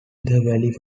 valley